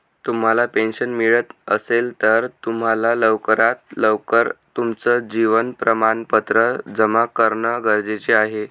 तुम्हाला पेन्शन मिळत असेल, तर तुम्हाला लवकरात लवकर तुमचं जीवन प्रमाणपत्र जमा करणं गरजेचे आहे